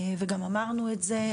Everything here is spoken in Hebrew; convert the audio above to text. וגם אמרנו את זה,